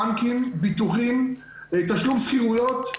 בנקים, ביטוחים, תשלום שכירויות,